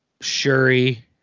Shuri